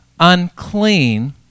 unclean